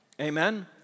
Amen